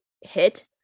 hit